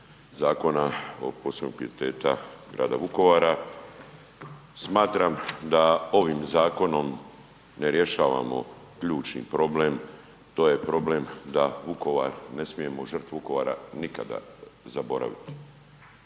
zakona o posebnog pijeteta grada Vukovara. Smatram da ovim zakonom ne rješavamo ključni problem, to je problem da Vukovar, ne smijemo žrtvu Vukovara nikada zaboraviti.